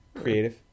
Creative